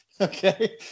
Okay